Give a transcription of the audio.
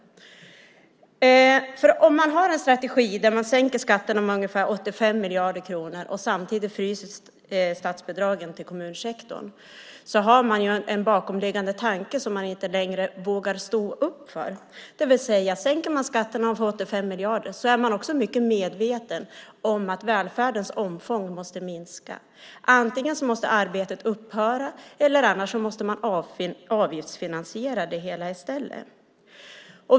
Om man har en strategi där man sänker skatterna med ungefär 85 miljarder kronor och samtidigt fryser statsbidragen till kommunsektorn har man med detta en bakomliggande tanke som man inte längre vågar stå upp för. Om man sänker skatterna med 85 miljarder är man mycket väl medveten om att välfärdens omfång därmed måste minska. Antingen måste arbetet upphöra eller också måste det hela avgiftsfinansieras.